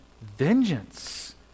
vengeance